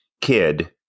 kid